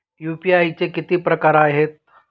UPI चे किती प्रकार आहेत?